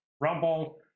Rumble